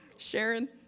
Sharon